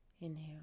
inhale